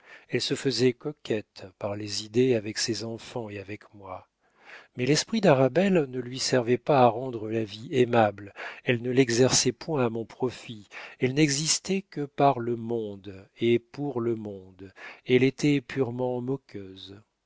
elle se faisait coquette par les idées avec ses enfants et avec moi mais l'esprit d'arabelle ne lui servait pas à rendre la vie aimable elle ne l'exerçait point à mon profit il n'existait que par le monde et pour le monde elle était purement moqueuse